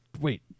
wait